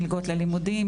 מלגות ללימודים,